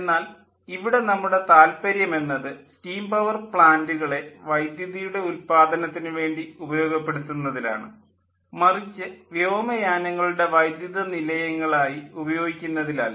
എന്നാൽ ഇവിടെ നമ്മുടെ താല്പര്യം എന്നത് സ്റ്റീം പവർ പ്ലാൻ്റുകളെ വൈദ്യുതിയുടെ ഉല്പാദനത്തിനു വേണ്ടി ഉപയോഗപ്പെടുത്തുന്നതിലാണ് മറിച്ച് വ്യോമയാനങ്ങളുടെ വൈദ്യുത നിലയങ്ങളായി ഉപയോഗിക്കുന്നതിനല്ല